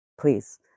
Please